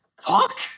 fuck